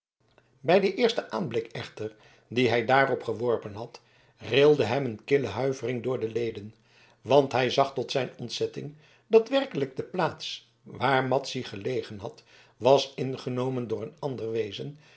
bij den eersten aanblik echter dien hij daarop geworpen had rilde hem een kille huivering door de leden want hij zag tot zijn ontzetting dat werkelijk de plaats waar madzy gelegen had was ingenomen door een ander wezen